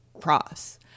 cross